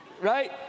right